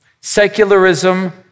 Secularism